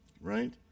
Right